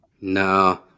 No